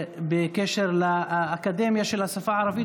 בקשר לאקדמיה של השפה הערבית,